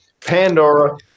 Pandora